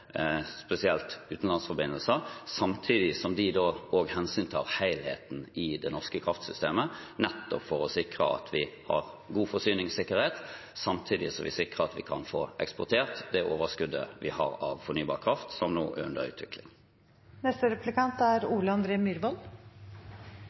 spesielt utenlandsforbindelser, samtidig som de tar hensyn til helheten i det norske kraftsystemet – nettopp for å sikre at vi har god forsyningssikkerhet, og at vi kan få eksportert det overskuddet vi har av fornybar kraft som nå er under utvikling. Statsråden sier at konsesjonsbehandlingen skal gå etter gjeldende regelverk, og det er